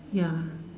ya